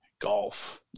golf